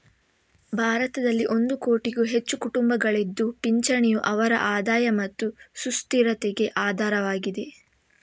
ಭಾರತದಲ್ಲಿ ಒಂದು ಕೋಟಿಗೂ ಹೆಚ್ಚು ಕುಟುಂಬಗಳಿದ್ದು ಪಿಂಚಣಿಯು ಅವರ ಆದಾಯ ಮತ್ತೆ ಸುಸ್ಥಿರತೆಗೆ ಆಧಾರವಾಗಿದೆ